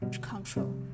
control